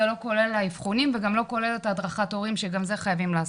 זה לא כולל האבחונים וגם לא כולל את ההדרכת הורים שגם זה חייבים לעשות.